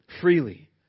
freely